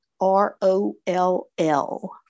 R-O-L-L